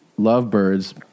lovebirds